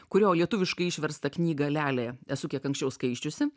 kurio lietuviškai išverstą knygą lelė esu kiek anksčiau skaičiusi